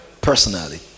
personally